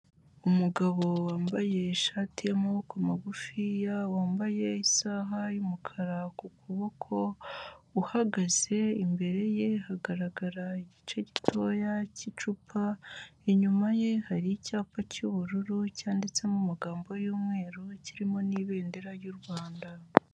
Umugabo wambaye ishati y'amaboko magufiya, wambaye isaha y'umukara ku kuboko uhagaze imbere ye hagarara igice gitoya cy'icupa, inyuma ye hari icyapa cy'ubururu cyanditsemo mu magambo y'umweru, kirimo n'ibendera ry'u Rwanda.